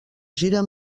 gira